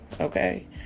okay